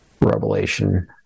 Revelation